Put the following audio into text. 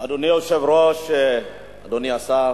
אדוני היושב-ראש, אדוני השר